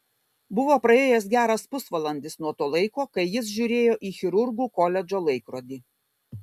buvo praėjęs geras pusvalandis nuo to laiko kai jis žiūrėjo į chirurgų koledžo laikrodį